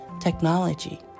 technology